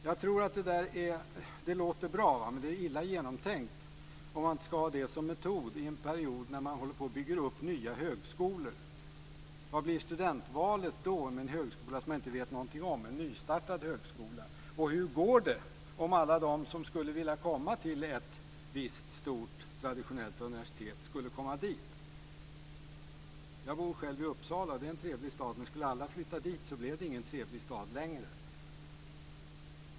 Det låter bra, men jag tror att det är illa genomtänkt om man ska ha detta som metod i en period när man håller på att bygga upp nya högskolor. Vad blir studentvalet värt med en högskola som man inte vet någonting om - en nystartad högskola? Och hur går det om alla de som skulle vilja komma till ett visst stort, traditionellt universitet skulle komma dit? Jag bor själv i Uppsala. Det är en trevlig stad, men skulle alla flytta dit så blev det ingen trevlig stad längre.